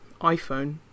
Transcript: iPhone